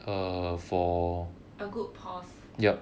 a good pause